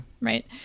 Right